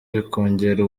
bikongera